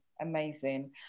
amazing